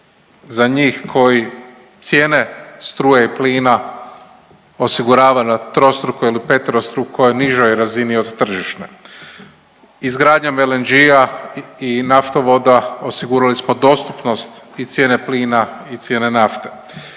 za njih koji cijene struje i plina osigurava na trostrukoj ili peterostrukoj nižoj razini od tržišne. Izgradnjom LNG-a i naftovoda osigurali smo i dostupnost i cijene plina i cijene nafte.